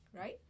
right